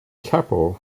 keppel